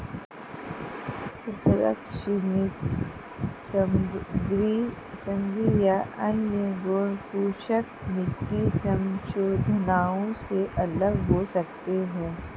उर्वरक सीमित सामग्री या अन्य गैरपोषक मिट्टी संशोधनों से अलग हो सकते हैं